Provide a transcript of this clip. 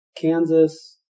Kansas